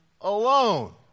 alone